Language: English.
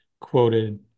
quoted